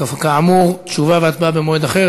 כאמור, תשובה והצבעה במועד אחר.